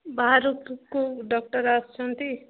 ବାହାରକୁ କେଉଁ ଡକ୍ଟର୍ ଆସୁଛନ୍ତି